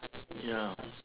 ya